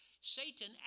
Satan